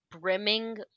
brimming